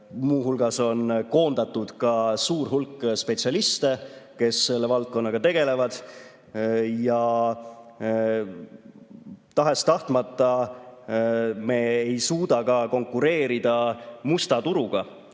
leitud. On koondatud suur hulk spetsialiste, kes selle valdkonnaga tegelesid. Tahes-tahtmata ei suuda me konkureerida musta turuga,